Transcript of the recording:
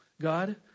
God